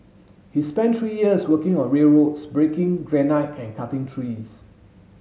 he spent three years working on railroads breaking granite and cutting trees